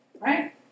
right